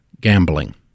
gambling